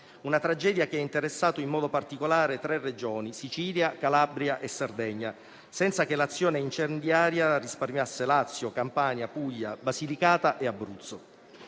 Una tragedia che ha interessato in modo particolare tre Regioni, Sicilia, Calabria e Sardegna, senza che l'azione incendiaria risparmiasse Lazio, Campania, Puglia, Basilicata e Abruzzo.